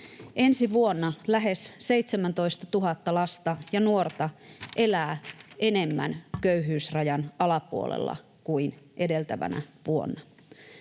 Ensi vuonna lähes 17 000 lasta ja nuorta enemmän elää köyhyysrajan alapuolella kuin edeltävänä vuonna.